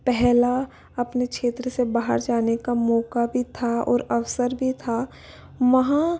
पहला अपने क्षेत्र से बाहर जाने का मौका भी था और अवसर भी था वहाॅ